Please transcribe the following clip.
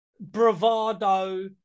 Bravado